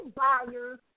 buyers